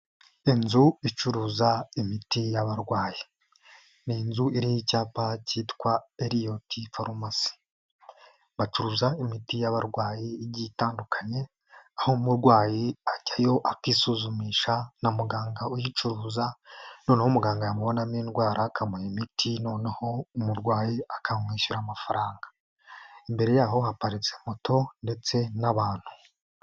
Inzu icuruza imiti y'abarwayi ni inzu iriho icyapa cyitwa erioti farumasi bacuruza imiti y'abarwayi igiye itandukanye aho umurwayi ajyayo akisuzumisha na muganga uyicuruza noneho umuganga yamubonamo indwara akamuha imiti noneho umurwayi akamwishyura amafaranga imbere yaho haparitse moto ndetse n'abantu.